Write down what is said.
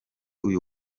uyu